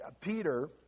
Peter